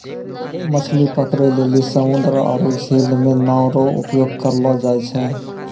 मछली पकड़ै लेली समुन्द्र आरु झील मे नांव रो उपयोग करलो जाय छै